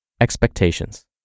Expectations